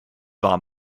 war